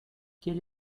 quel